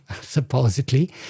supposedly